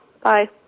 Bye